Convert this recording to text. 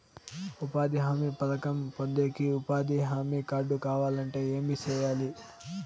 ఉపాధి హామీ పథకం పొందేకి ఉపాధి హామీ కార్డు కావాలంటే ఏమి సెయ్యాలి?